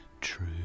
true